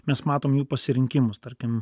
mes matom jų pasirinkimus tarkim